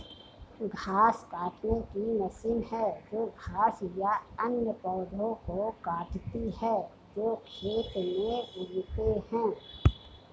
घास काटने की मशीन है जो घास या अन्य पौधों को काटती है जो खेत में उगते हैं